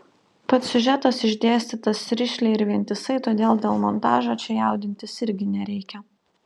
pats siužetas išdėstytas rišliai ir vientisai todėl dėl montažo čia jaudintis irgi nereikia